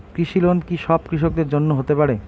কৃষি লোন কি সব কৃষকদের জন্য হতে পারে?